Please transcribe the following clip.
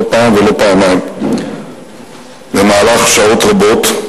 לא פעם ולא פעמיים במהלך שעות רבות,